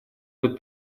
под